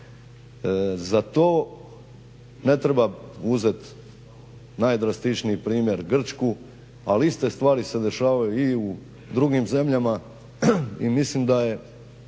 Za to ne treba uzeti najdrastičniji primjer Grčku, ali iste stvari se dešavaju i u drugim zemljama i mislim da je